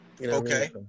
Okay